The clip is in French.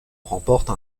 remporte